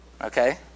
Okay